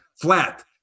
flat